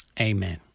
Amen